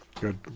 Good